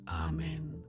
Amen